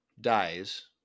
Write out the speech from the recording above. dies